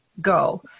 go